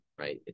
right